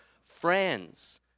friends